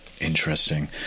Interesting